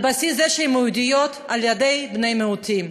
על בסיס זה שהן יהודיות, על-ידי בני מיעוטים.